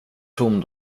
tom